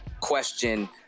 question